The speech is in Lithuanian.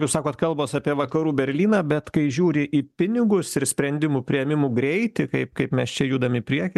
jūs sakot kalbos apie vakarų berlyną bet kai žiūri į pinigus ir sprendimų priėmimų greitį kaip kaip mes čia judam į priekį